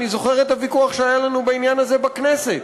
אני זוכר את הוויכוח שהיה לנו בעניין הזה בכנסת,